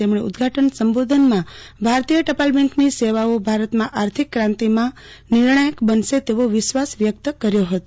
તેમણે ઉદ્દ્ઘાટન સંબોધનમાં ભારતીય ટપાલ બેંકની સેવાઓ ભારતમાં આર્થિક ક્રાંતિમાં નિર્ણાયક બનશે તેવો વિશ્વાસ વ્યક્ત કર્યો હતો